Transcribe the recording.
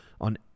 on